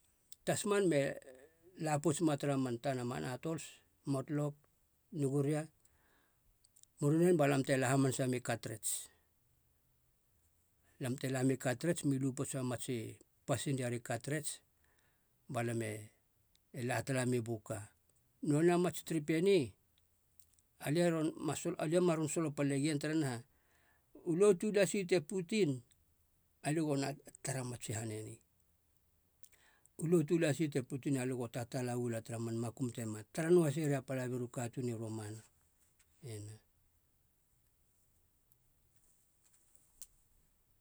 Tasman, me la pouts ma tara man tana man atols, motlok, nuguria, murunen balam te la hamanasa mi katrets. Lam te lam mi katrets, mi lu pouts a matsi pasinria ri katrets balame la tala mi buka. Nonei a mats trip eni alie ron ma sol- alia ma ron solopale gien taraneha, u lotu lasi te putin alie gona tara mats han eni, u lotu lasi te putin alo go tatalau la tara man makum tema tara noahaseri a palabi ru katuun i romana, ena.